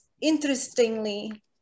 interestingly